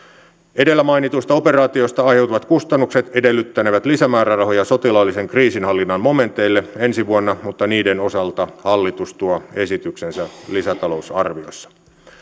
edellä mainituista operaatioista aiheutuvat kustannukset edellyttänevät lisämäärärahoja sotilaallisen kriisinhallinnan momenteille ensi vuonna mutta niiden osalta hallitus tuo esityksensä lisätalousarviossa